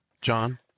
John